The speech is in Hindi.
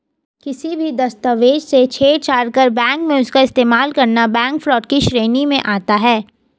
किसी भी दस्तावेज से छेड़छाड़ कर बैंक में उसका इस्तेमाल करना बैंक फ्रॉड की श्रेणी में आता है